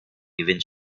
gewinnt